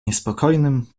niespokojnym